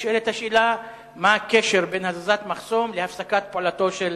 נשאלת השאלה: מה הקשר בין הזזת מחסום להפסקת פעולתו של